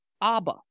Abba